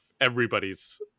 everybody's